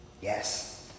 Yes